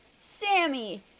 Sammy